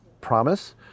promise